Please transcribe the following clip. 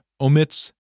omits